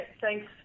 thanks